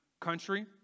country